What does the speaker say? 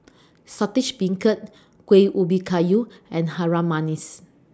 Saltish Beancurd Kueh Ubi Kayu and Harum Manis